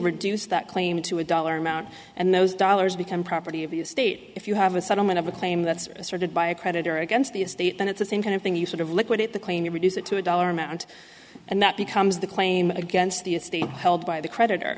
reduce that claim to a dollar amount and those dollars become property of the estate if you have a settlement of a claim that's asserted by a creditor against the estate then it's the same kind of thing you sort of liquidate the claim to reduce it to a dollar amount and that becomes the claim against the estate held by the creditor